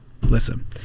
listen